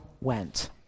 went